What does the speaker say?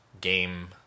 game